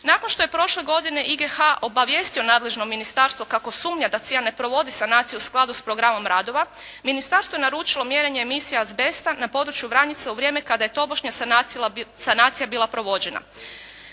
Nakon što je prošle godine IGH obavijestio nadležno ministarstvo kako sumnja da Cijan ne provodi sanaciju u skladu s programom radova ministarstvo je naručilo mjerenje emisija azbesta na području Vranjica u vrijeme kada je tobožnja sanacija bila provođena.